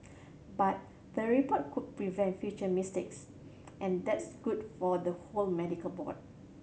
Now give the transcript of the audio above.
but the report could prevent future mistakes and that's good for the whole medical board